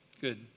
Good